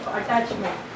attachment